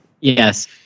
Yes